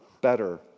better